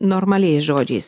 normaliais žodžiais